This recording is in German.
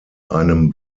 einem